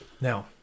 Now